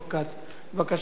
בבקשה, יש לך עשר דקות.